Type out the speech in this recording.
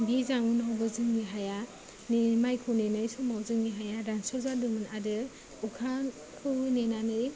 बे जाउनावबो जोंनि हाया ने माइखौ नेनाय समाव जोंनि हाया रानस्राव जादोंमोन आरो अखाखौ नेनानै